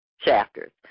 chapters